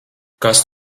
kas